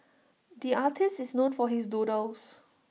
the artist is known for his doodles